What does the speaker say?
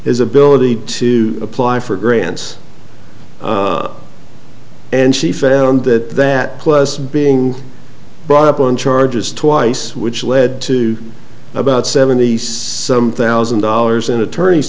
his ability to apply for grants and she found that that plus being brought up on charges twice which led to about seventy some thousand dollars in attorney